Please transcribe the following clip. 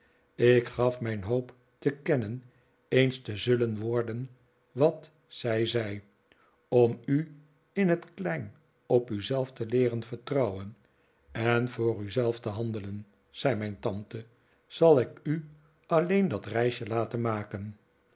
ik gaf mijn hoop te kennen eens te zullen worden wat zij zei om u in het klein op u zelf te leeren vertrouwen en voor u zelf te handejen zei mijn tante zal ik u alleen dat reisje laten maken